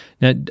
Now